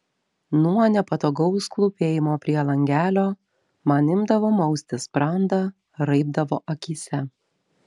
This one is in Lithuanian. nuo nepatogaus klūpėjimo prie langelio man imdavo mausti sprandą raibdavo akyse